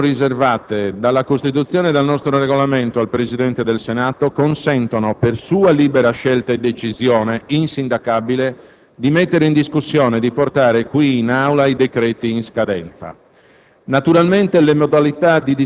Le prerogative riservate dalla Costituzione e dal Regolamento al Presidente del Senato consentono, per sua libera scelta e decisione insindacabile, di mettere in discussione e di portare in Aula i decreti in scadenza.